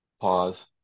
pause